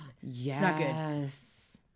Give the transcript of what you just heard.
Yes